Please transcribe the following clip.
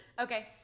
Okay